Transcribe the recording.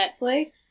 Netflix